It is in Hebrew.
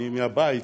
מהבית,